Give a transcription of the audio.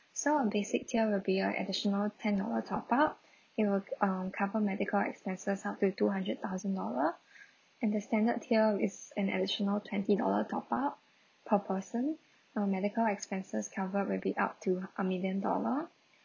so on basic tier will be a additional ten dollar top up it'll uh cover medical expenses up to two hundred thousand dollar and the standard tier is an additional twenty dollar top up per person uh medical expenses covered will be up to a million dollar